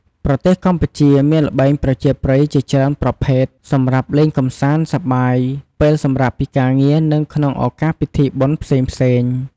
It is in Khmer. ប្រទេសកម្ពុជាមានល្បែងប្រជាប្រិយជាច្រើនប្រភេទសម្រាប់លេងកម្សាន្តសប្បាយពេលសម្រាកពីការងារនិងក្នុងឱកាសពិធីបុណ្យផ្សេងៗ។